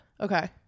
Okay